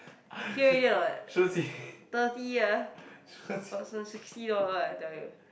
hear already or not thirty ya per person sixty dollar I tell you